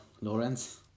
Lawrence